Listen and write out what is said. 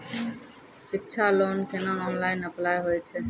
शिक्षा लोन केना online apply होय छै?